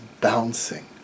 bouncing